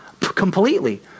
completely